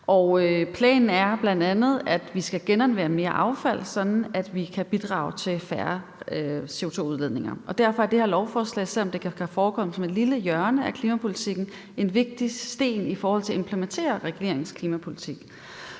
Planen er bl.a., at vi skal genanvende mere affald, sådan at vi kan bidrage til færre CO2-udledninger. Derfor er det her lovforslag, selv om det kan forekomme at være et lille hjørne af klimapolitikken, en vigtig byggesten i forhold til at implementere regeringens klimapolitik.